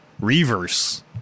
reverse